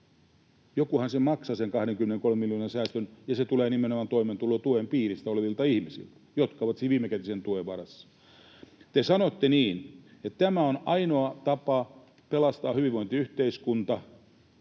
Jokuhan sen maksaa, sen 20—30 miljoonan säästön, ja se tulee nimenomaan toimeentulotuen piirissä olevilta ihmisiltä, jotka ovat sen viimekätisen tuen varassa. Te sanotte niin, että tämä on ainoa tapa pelastaa hyvinvointiyhteiskunta,